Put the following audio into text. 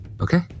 okay